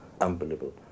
unbelievable